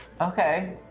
Okay